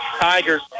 Tigers